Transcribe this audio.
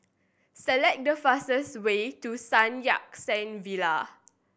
select the fastest way to Sun Yat Sen Villa